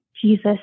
jesus